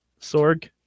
Sorg